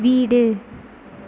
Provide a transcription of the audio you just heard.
வீடு